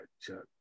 Chuck